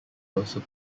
also